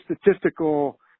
statistical